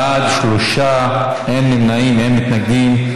בעד, שלושה, אין נמנעים ואין מתנגדים.